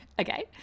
okay